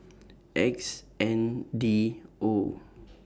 X N D O